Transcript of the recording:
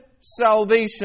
salvation